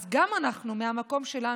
אז גם אנחנו מהמקום שלנו,